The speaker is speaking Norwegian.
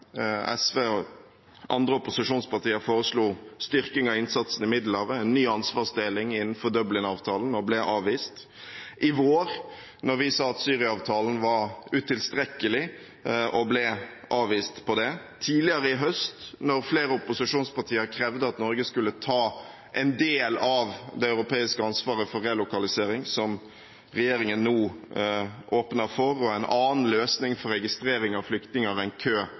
SV og andre opposisjonspartier foreslo styrking av innsatsen i Middelhavet og en ny ansvarsdeling innenfor Dublin-avtalen, og ble avvist, i vår, da vi sa at Syria-avtalen var utilstrekkelig, og ble avvist når det gjaldt det, tidligere i høst, da flere opposisjonspartier krevde at Norge skulle ta en del av det europeiske ansvaret for relokalisering, som regjeringen nå åpner for, og ha en annen løsning for registrering av flyktninger enn kø